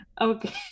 Okay